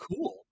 cool